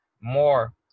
more